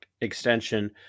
extension